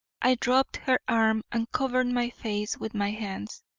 i dropped her arm and covered my face with my hands.